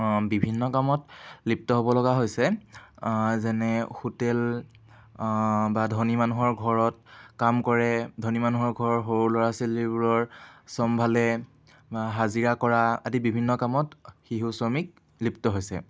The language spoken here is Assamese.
বিভিন্ন কামত লিপ্ত হ'ব লগা হৈছে যেনে হোটেল বা ধনী মানুহৰ ঘৰত কাম কৰে ধনী মানুহৰ ঘৰৰ সৰু ল'ৰা ছোৱালীবোৰৰ চম্ভালে হাজিৰা কৰা আদি বিভিন্ন কামত শিশু শ্ৰমিক লিপ্ত হৈছে